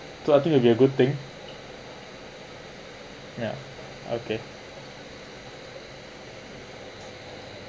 so I think it'll be a good thing ya okay